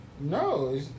No